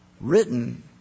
written